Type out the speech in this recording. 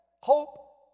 hope